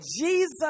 Jesus